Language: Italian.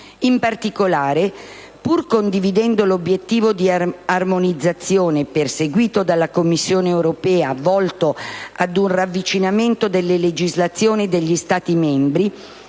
In particolare, pur condividendo l'obiettivo di armonizzazione perseguito dalla Commissione europea, volto ad un ravvicinamento delle legislazioni degli Stati membri,